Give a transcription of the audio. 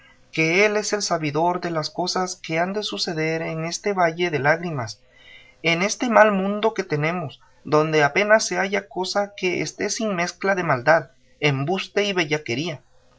que él es el sabidor de las cosas que han de suceder en este valle de lágrimas en este mal mundo que tenemos donde apenas se halla cosa que esté sin mezcla de maldad embuste y